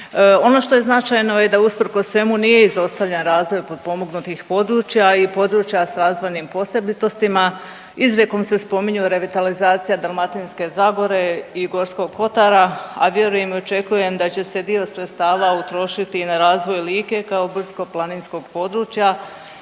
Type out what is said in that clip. Ono što je značajno je da usprkos svemu nije izostavljen razvoj potpomognutih područja i područja s razvojnim posebitostima, izrijekom se spominju revitalizacija Dalmatinske zagore i Gorskog kotara, a vjerujem i očekujem da će se dio sredstava utrošiti i na razvoj Like kao brdsko-planinskog područja.